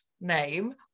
name